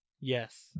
Yes